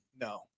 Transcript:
no